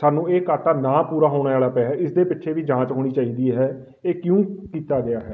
ਸਾਨੂੰ ਇਹ ਘਾਟਾ ਨਾ ਪੂਰਾ ਹੋਣ ਵਾਲਾ ਪਿਆ ਹੈ ਇਸਦੇ ਪਿੱਛੇ ਦੀ ਜਾਂਚ ਹੋਣੀ ਚਾਹੀਦੀ ਹੈ ਇਹ ਕਿਉਂ ਕੀਤਾ ਗਿਆ ਹੈ